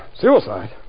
Suicide